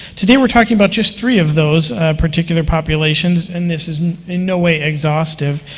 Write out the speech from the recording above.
today we're talking about just three of those particular populations, and this is in no way exhaustive.